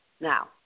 now